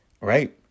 right